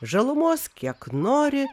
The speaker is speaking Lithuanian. žalumos kiek nori